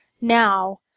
now